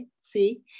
see